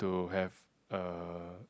to have a